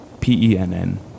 P-E-N-N